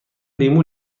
لیمو